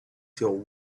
till